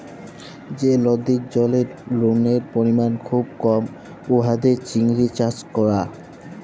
যে লদির জলে লুলের পরিমাল খুব কম উয়াতে চিংড়ি চাষ ক্যরা